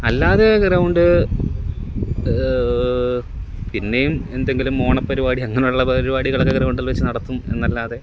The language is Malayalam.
അല്ലാതെ ഗ്രൗണ്ട് പിന്നെയും എന്തെങ്കിലും ഓണ പരിപാടി അങ്ങനുള്ള പരിപാടികളൊക്കെ ഗ്രൗണ്ടിൽ വെച്ച് നടത്തും എന്നല്ലാതെ